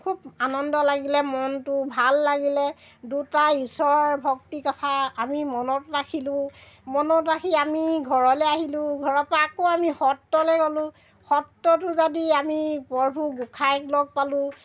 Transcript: খুব আনন্দ লাগিলে মনটো ভাল লাগিলে দুটা ঈশ্বৰৰ ভক্তি কথা আমি মনত ৰাখিলোঁ মনত ৰাখি আমি ঘৰলে আহিলোঁ ঘৰৰ পৰা আকৌ আমি সত্ৰলে গ'লোঁ সত্ৰটো যদি আমি পৰভু গোঁসাইক লগ পালোঁ